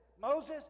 Moses